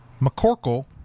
McCorkle